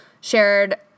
shared